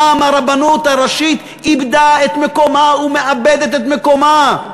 את מקומה ומאבדת את מקומה.